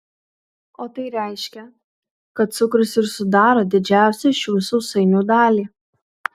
o tai reiškia kad cukrus ir sudaro didžiausią šių sausainių dalį